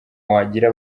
wagira